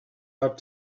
out